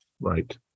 Right